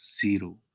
zero